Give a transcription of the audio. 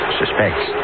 suspects